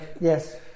Yes